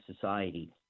society